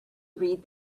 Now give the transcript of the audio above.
read